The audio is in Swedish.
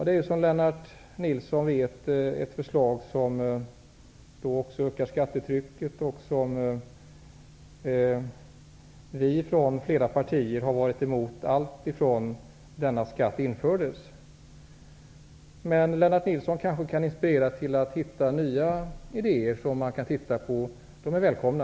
Det är, som Lennart Nilsson vet, ett förslag som ökar skattetrycket och som flera partier har varit emot allt sedan denna skatt infördes. Men Lennart Nilsson kanske kan inspirera till att hitta nya idéer som man kan se på. De är i så fall välkomna.